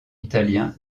italien